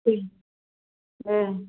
ம்